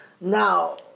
Now